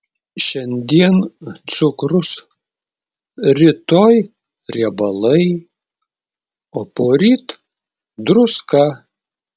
šiandien cukrus rytoj riebalai o poryt druska